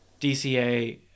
DCA